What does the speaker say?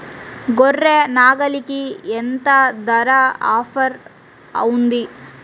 గొర్రె, నాగలికి ఎంత ధర ఆఫర్ ఉంది?